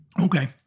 Okay